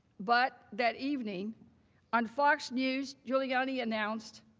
but that evening on fox news, giuliani announced,